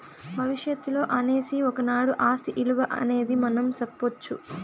భవిష్యత్తులో అనేసి ఒకనాడు ఆస్తి ఇలువ అనేది మనం సెప్పొచ్చు